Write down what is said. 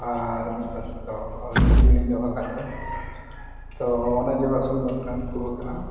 ᱟᱨ ᱢᱤᱫ ᱯᱟᱥᱴᱟ ᱫᱚᱻ ᱥᱤᱢ ᱞᱤᱧ ᱫᱚᱦᱚ ᱠᱟᱫ ᱠᱚᱣᱟ ᱛᱚ ᱚᱱᱟ ᱡᱳᱲᱟ ᱥᱤᱢ ᱵᱟᱠᱷᱨᱟ ᱩᱱᱠᱩ ᱵᱟᱠᱷᱨᱟ